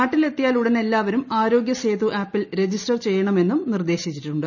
നാട്ടിൽ എത്തിയാൽ ഉടൻ എല്ലാവരും ആരോഗ്യ സേതു ആപ്പിൽ രജിസ്റ്റ്ർ ചെയ്യണമെന്നും നിർദ്ദേശിച്ചിട്ടുണ്ട്